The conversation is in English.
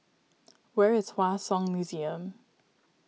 where is Hua Song Museum